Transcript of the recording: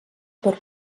per